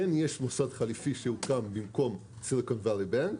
כן יש מוסד חליפי שהוקם במקום סיליקון ואלי בנק